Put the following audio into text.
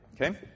okay